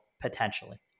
potentially